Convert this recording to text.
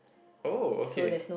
oh okay